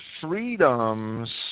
freedoms